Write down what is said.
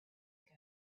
ago